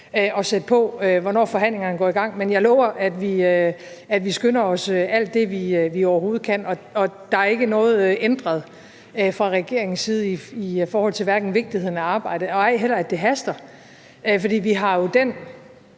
kan sætte på for, hvornår forhandlingerne går i gang, men jeg lover, at vi skynder os alt det, vi overhovedet kan. Og der er ikke noget ændret fra regeringens side, hverken i forhold til vigtigheden af arbejdet eller at det haster. For vi har jo den